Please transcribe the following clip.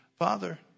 Father